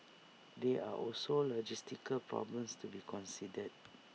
there are also logistical problems to be considered